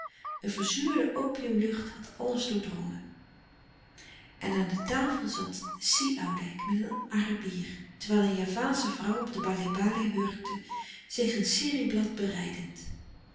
verzuurde opiumlucht had alles doordrongen en aan de tafel zat si oudijck met een arabier terwijl een javaansche vrouw op de baleh-baleh hurkte zich een sirihblad bereidend